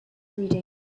reading